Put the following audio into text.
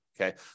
Okay